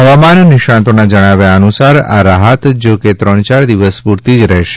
હવામાન નિષ્ણાંતોના જણાવ્યા અનુસાર આ રાહત જોકે ત્રણ ચાર દિવસ પૂરતી જ રહેશે